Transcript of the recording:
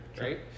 Right